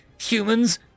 humans